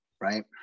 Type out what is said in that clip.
right